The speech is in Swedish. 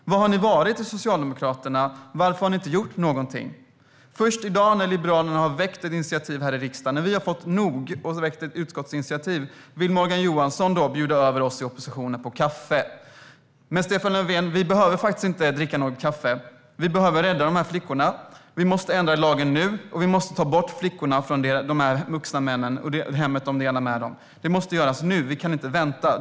Var har ni i Socialdemokraterna varit? Varför har ni inte gjort någonting? Först i dag när Liberalerna har väckt ett initiativ här i riksdagen, när vi har fått nog och väckt ett utskottsinitiativ, vill Morgan Johansson bjuda in oss i oppositionen på kaffe. Stefan Löfven! Vi behöver faktiskt inte dricka något kaffe. Vi behöver rädda de här flickorna. Vi måste ändra lagen nu, och vi måste ta bort flickorna från de vuxna männen och hemmet de delar med dem. Det måste göras nu; vi kan inte vänta.